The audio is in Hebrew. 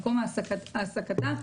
במקום העסקתה.